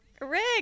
Rick